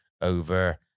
over